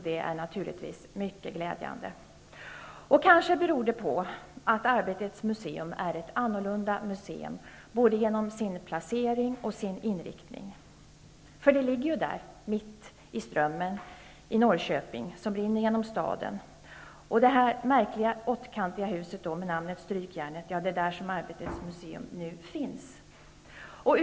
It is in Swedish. Det är naturligtvis mycket glädjande; kanske beror det på att arbetets museum är ett annorlunda museum, både genom sin placering och genom sin inriktning. Det ligger där i Norrköping, mitt i strömmen som rinner genom staden. Det är i det märkliga åttkantiga huset med namnet Strykjärnet som arbetets museum ligger.